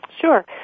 Sure